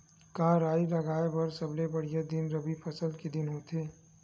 का राई लगाय बर सबले बढ़िया दिन रबी फसल के दिन होथे का?